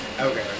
Okay